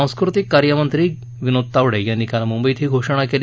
सांस्कृतिक कार्य मंत्री विनोद तावडे यांनी काल मुंबईत ही घोषणा केली